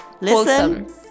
listen